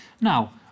Now